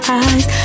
eyes